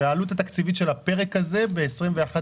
אני מבקש לדעת מה העלות התקציבית של הפרק הזה ב-2021 וב-2022.